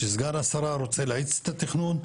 שסגן השרה רוצה להאיץ את התכנון,